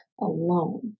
alone